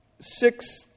six